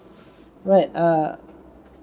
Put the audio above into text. what err